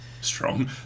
Strong